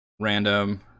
random